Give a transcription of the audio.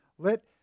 Let